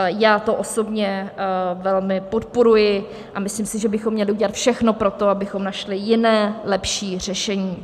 Já to osobně velmi podporuji a myslím si, že bychom měli udělat všechno pro to, abychom našli jiné, lepší řešení.